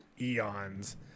eons